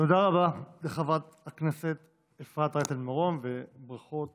תודה רבה לחברת הכנסת אפרת רייטן מרום, וברכות